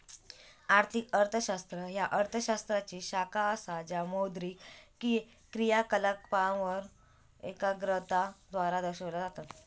आर्थिक अर्थशास्त्र ह्या अर्थ शास्त्राची शाखा असा ज्या मौद्रिक क्रियाकलापांवर एकाग्रता द्वारा दर्शविला जाता